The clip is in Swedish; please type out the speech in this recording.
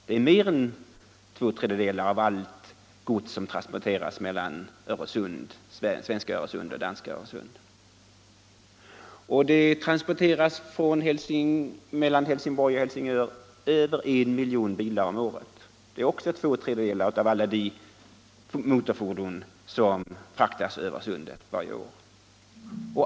Det är mer än två tredjedelar av allt gods som transporteras mellan svenska och danska hamnar vid Öresund. Här transporteras mellan Helsingborg och Helsingör över en miljon bilar om året, det är också två tredjedelar av alla de motorfordon som fraktas över Sundet varje år.